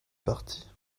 parties